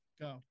go